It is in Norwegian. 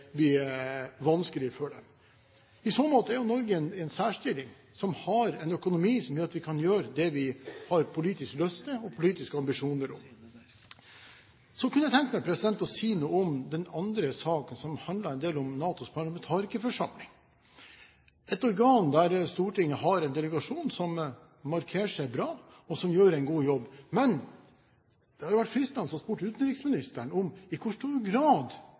vanskelig for dem. I så måte er Norge i en særstilling, som har en økonomi som gjør at vi kan gjøre det vi har politisk lyst til, og politiske ambisjoner om. Så kunne jeg tenke meg å si noe om den andre saken, som handler om NATOs parlamentarikerforsamling. Det er et organ der Stortinget har en delegasjon som markerer seg bra, og som gjør en god jobb. Men det hadde vært fristende å spørre utenriksministeren om i hvor stor grad